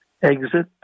Exit